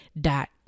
dot